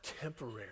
temporary